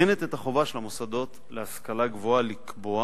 הצעה זאת מעגנת את החובה של המוסדות להשכלה גבוהה לקבוע